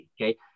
okay